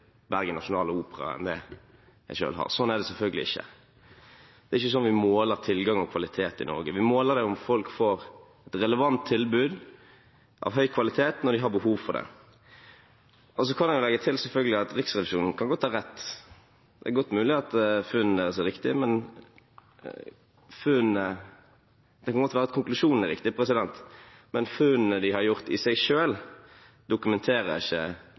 Bergen Nasjonale Opera som det jeg selv har. Slik er det selvfølgelig ikke. Det er ikke slik vi måler tilgang og kvalitet i Norge. Vi måler det i om folk får et relevant tilbud av høy kvalitet når de har behov for det. Jeg kan selvfølgelig legge til at Riksrevisjonen godt kan ha rett. Det er godt mulig at konklusjonen deres er riktig. Men funnene de har gjort, dokumenterer ikke i seg selv konklusjonens gyldighet. Så skal jeg gå kort innom informasjonssikkerhet og datasikkerhet i